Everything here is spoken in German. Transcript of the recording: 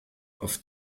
auf